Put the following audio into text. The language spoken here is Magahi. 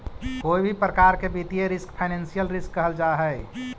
कोई भी प्रकार के वित्तीय रिस्क फाइनेंशियल रिस्क कहल जा हई